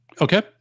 Okay